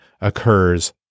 occurs –